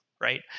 right